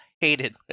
hated